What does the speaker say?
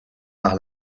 par